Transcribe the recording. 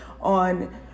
on